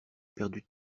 perdu